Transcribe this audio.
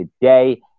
Today